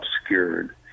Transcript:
obscured